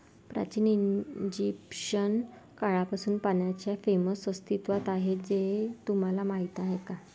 प्राचीन इजिप्शियन काळापासून पाण्याच्या फ्रेम्स अस्तित्वात आहेत हे तुम्हाला माहीत आहे का?